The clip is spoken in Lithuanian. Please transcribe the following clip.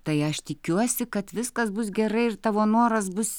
tai aš tikiuosi kad viskas bus gerai ir tavo noras bus